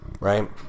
right